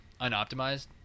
unoptimized